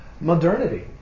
Modernity